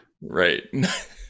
Right